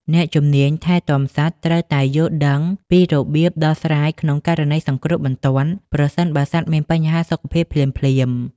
អ្នកជំនាញថែទាំសត្វត្រូវតែយល់ដឹងពីរបៀបដោះស្រាយក្នុងករណីសង្គ្រោះបន្ទាន់ ប្រសិនបើសត្វមានបញ្ហាសុខភាពភ្លាមៗ។